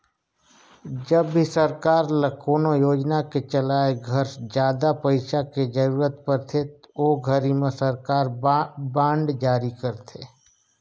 जब भी सरकार ल कोनो योजना के चलाए घर जादा पइसा के जरूरत परथे ओ घरी में सरकार बांड जारी करथे